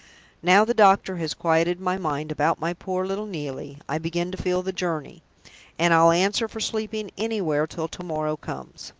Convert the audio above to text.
now the doctor has quieted my mind about my poor little neelie, i begin to feel the journey and i'll answer for sleeping anywhere till to-morrow comes.